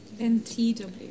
NTW